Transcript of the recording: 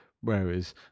Whereas